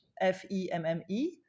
F-E-M-M-E